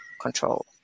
control